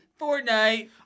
Fortnite